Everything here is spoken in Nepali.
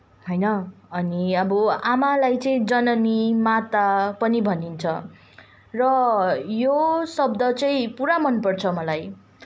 होइन अनि अब आमालाई चाहिँ जननी माता पनि भनिन्छ र यो शब्द चाहिँ पुरा मनपर्छ मलाई